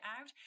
out